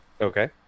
Okay